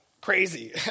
crazy